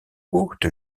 haute